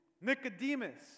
Nicodemus